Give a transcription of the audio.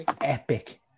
Epic